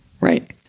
right